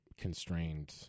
constrained